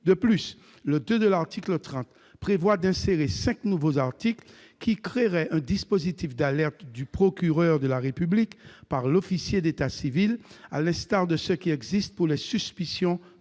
De plus, le II de l'article 30 prévoit d'insérer dans le CESEDA cinq nouveaux articles qui créeraient un dispositif d'alerte du procureur de la République par l'officier de l'état civil, à l'instar de ce qui existe pour les suspicions